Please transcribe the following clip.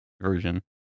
version